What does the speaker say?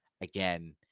again